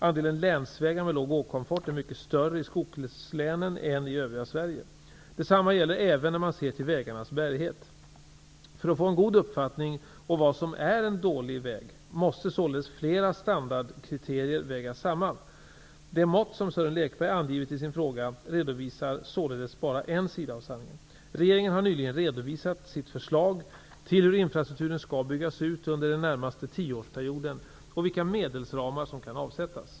Andelen länsvägar med låg åkkomfort är mycket större i skogslänen än i övriga Sverige. Detsamma gäller även när man ser till vägarnas bärighet. För att få en god uppfattning om vad som är en dålig väg måste således flera standardkriterier vägas samman. Det mått som Sören Lekberg angivit i sin fråga redovisar således bara en sida av sanningen. Regeringen har nyligen redovisat sitt förslag till hur infrastrukturen skall byggas ut under den närmaste tioårsperioden och vilka medelsramar som kan avsättas.